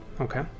okay